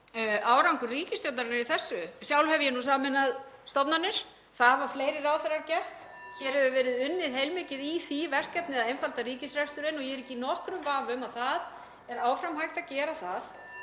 árangur ríkisstjórnarinnar í þessu að sjálf hef ég nú sameinað stofnanir, það hafa fleiri ráðherrar gert. (Forseti hringir.) Hér hefur verið unnið heilmikið í því verkefni að einfalda ríkisreksturinn og ég er ekki í nokkrum vafa um að það er áfram hægt að gera